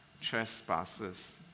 trespasses